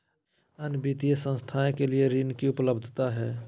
अन्य वित्तीय संस्थाएं के लिए ऋण की उपलब्धता है?